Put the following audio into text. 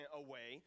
away